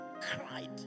cried